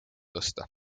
tõsta